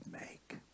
make